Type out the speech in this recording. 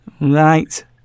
Right